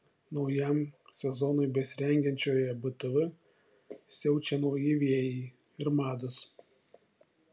naujam sezonui besirengiančioje btv siaučia nauji vėjai ir mados